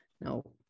No